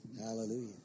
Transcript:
Hallelujah